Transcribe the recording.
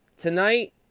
Tonight